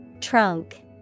Trunk